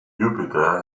jupiter